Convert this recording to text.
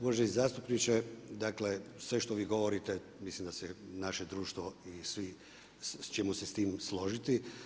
Uvaženi zastupniče, dakle sve što vi govorite mislim da se naše društvo ćemo se s tim složiti.